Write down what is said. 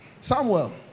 Samuel